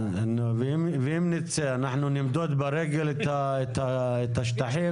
ואם נצא נמדוד ברגל את השטחים?